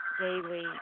daily